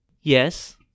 Yes